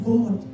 God